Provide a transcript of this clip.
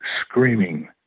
screaming